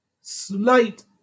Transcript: slight